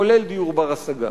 כולל דיור בר-השגה.